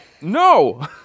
No